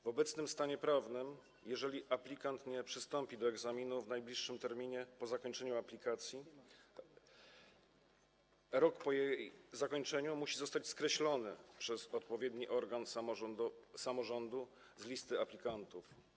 W obecnym stanie prawnym, jeżeli aplikant nie przystąpi do egzaminu w najbliższym terminie po zakończeniu aplikacji, rok po jej zakończeniu musi zostać skreślony przez odpowiedni organ samorządu z listy aplikantów.